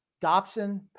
Dobson